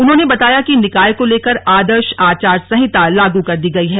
उन्होने बताया कि निकाय को लेकर आदर्श आचार संहिता लागू कर दी गई है